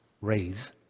raise